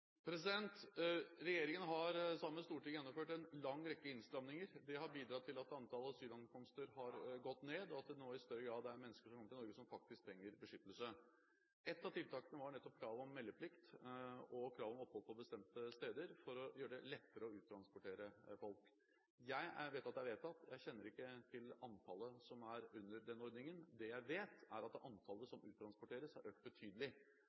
Regjeringen har sammen med Stortinget gjennomført en lang rekke innstramminger. Det har bidratt til at antallet asylankomster har gått ned, og at det nå i større grad er mennesker som faktisk trenger beskyttelse, som kommer til Norge. Et av tiltakene var nettopp kravet om meldeplikt og kravet om opphold på bestemte steder for å gjøre det lettere å uttransportere folk. Jeg vet at det er vedtatt, men jeg kjenner ikke til antallet som er under den ordningen. Det jeg vet, er at det antallet som uttransporteres, har økt betydelig.